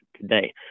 today